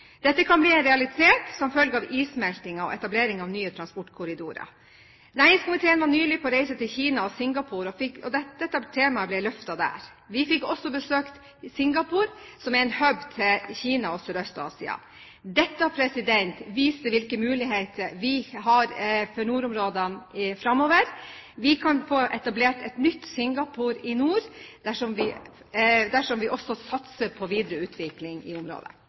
Dette kan bli en realitet som følge av issmeltingen og etablering av nye transportkorridorer. Næringskomiteen var nylig på reise til Kina og Singapore, og dette temaet ble løftet der. Vi fikk også besøkt Singapore, som er en hub til Kina og Sørøst-Asia. Dette viser hvilke muligheter vi har for nordområdene framover. Vi kan få etablert et nytt Singapore i nord dersom vi også satser på videre utvikling i området.